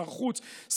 שר חוץ,